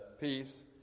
Peace